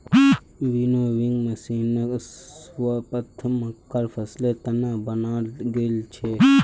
winnowing मशीनक सर्वप्रथम मक्कार फसलेर त न बनाल गेल छेक